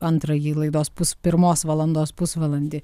antrąjį laidos pus pirmos valandos pusvalandį